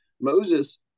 Moses